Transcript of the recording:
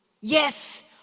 yes